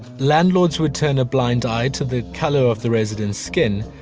landlords would turn a blind eye to the color of the residents skin,